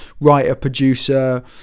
writer-producer